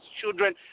children